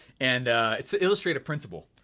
and it's to illustrate a principle.